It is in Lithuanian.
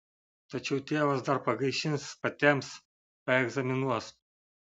tačiau tėvas dar pagaišins patemps paegzaminuos